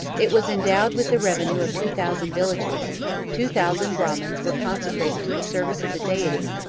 it was endowed with the revenue of two thousand villages two thousand brahmins were consecrated to the service of the deity,